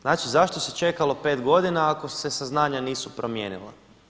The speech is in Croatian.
Znači, zašto se čekalo 5 godina ako se saznanja nisu promijenila.